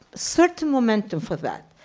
certain momentum for that.